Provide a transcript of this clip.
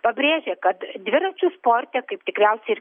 pabrėžė kad dviračių sporte kaip tikriausiai